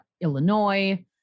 Illinois